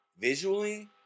visually